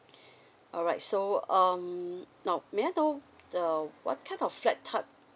alright so um now may I know the what kind of flight type